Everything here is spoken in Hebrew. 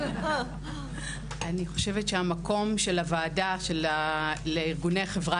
אני חושבת שהמקום של הוועדה לארגוני החברה